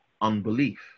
Unbelief